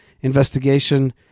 investigation